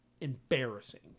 embarrassing